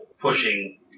pushing